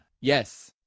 Yes